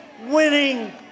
winning